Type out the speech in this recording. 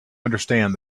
understand